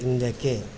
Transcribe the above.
ಹಿಂದಕ್ಕೆ